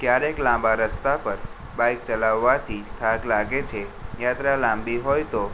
ક્યારેક લાંબા રસ્તા પર બાઈક ચલાવવાથી થાક લાગે છે યાત્રા લાંબી હોય તો